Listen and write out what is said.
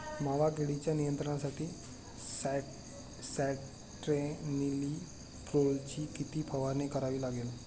मावा किडीच्या नियंत्रणासाठी स्यान्ट्रेनिलीप्रोलची किती फवारणी करावी लागेल?